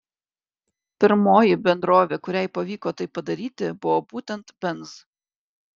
pirmoji bendrovė kuriai pavyko tai padaryti buvo būtent benz